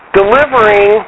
delivering